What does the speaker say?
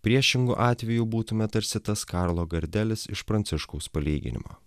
priešingu atveju būtume tarsi tas karlo gardelis iš pranciškaus palyginimo